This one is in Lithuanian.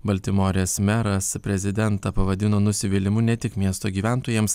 baltimorės meras prezidentą pavadino nusivylimu ne tik miesto gyventojams